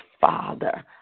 Father